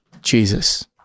Jesus